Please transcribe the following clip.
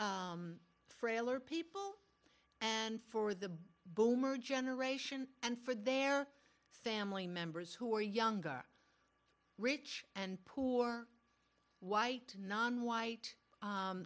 older frailer people and for the boomer generation and for their family members who are younger rich and poor white nonwhite